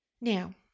Now